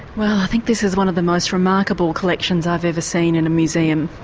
well, i think this is one of the most remarkable collections i've ever seen in a museum.